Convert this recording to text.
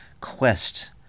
Quest